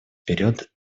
вперед